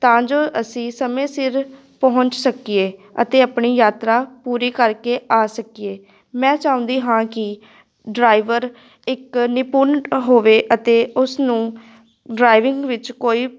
ਤਾਂ ਜੋ ਅਸੀਂ ਸਮੇਂ ਸਿਰ ਪਹੁੰਚ ਸਕੀਏ ਅਤੇ ਆਪਣੀ ਯਾਤਰਾ ਪੂਰੀ ਕਰਕੇ ਆ ਸਕੀਏ ਮੈਂ ਚਾਹੁੰਦੀ ਹਾਂ ਕਿ ਡਰਾਈਵਰ ਇੱਕ ਨਿਪੁੰਨ ਹੋਵੇ ਅਤੇ ਉਸਨੂੰ ਡਰਾਈਵਿੰਗ ਵਿੱਚ ਕੋਈ